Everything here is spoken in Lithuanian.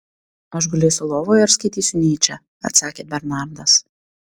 aš gulėsiu lovoje ir skaitysiu nyčę atsakė bernardas